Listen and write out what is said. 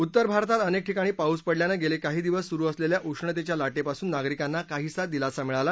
उत्तर भारतामध्ये अनेक ठिकाणी पाऊस पडल्यानं गेले काही दिवस सुरू असलेल्या उष्णतेच्या लाटेपासून नागरिकांना काहीसा दिलासा मिळाला